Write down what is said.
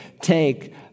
take